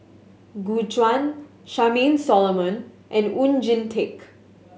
Gu Juan Charmaine Solomon and Oon Jin Teik